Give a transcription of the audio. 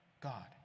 God